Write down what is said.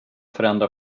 förändra